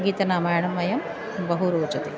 गीतरामायणं मह्यं बहु रोचते